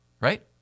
Right